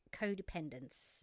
codependence